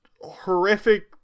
horrific